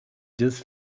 just